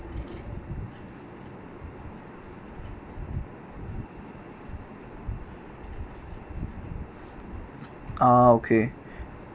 ah okay